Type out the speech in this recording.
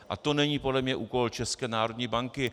A to není podle mě úkol České národní banky.